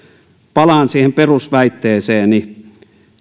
palaan siihen perusväitteeseeni